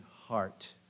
heart